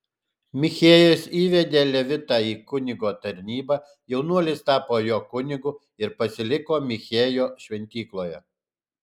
michėjas įvedė levitą į kunigo tarnybą jaunuolis tapo jo kunigu ir pasiliko michėjo šventykloje